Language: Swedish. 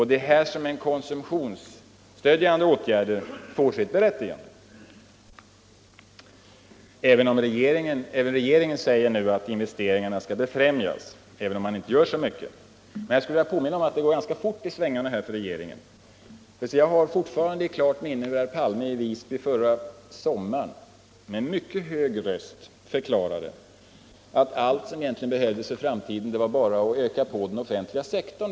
Det är här som konsumtionsstödjande åtgärder får sitt berättigande. Också regeringen säger nu att investeringarna skall befrämjas, även om man inte gör så mycket. Men jag vill påminna om att det går ganska fort i svängarna här. Vem minns inte hur statsminister Palme i somras i Visby med mycket hög röst förklarade att allt vad som behövdes för framtiden var att öka den offentliga sektorn.